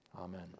Amen